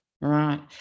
Right